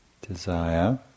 Desire